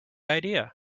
idea